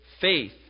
faith